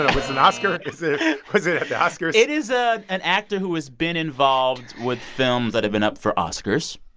was it an oscar? is it was it at the oscars? it is ah an actor who has been involved with films that have been up for oscars.